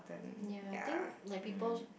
ya I think like people